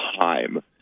time